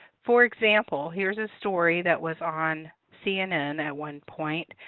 for example, here's a story that was on cnn, at one point,